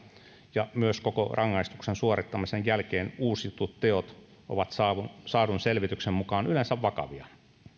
ja myös koko rangaistuksen suorittamisen jälkeen uusitut teot ovat saadun saadun selvityksen mukaan yleensä vakavia